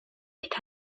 eta